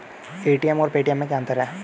ATM और Paytm में क्या अंतर है?